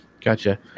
Gotcha